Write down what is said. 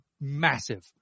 massive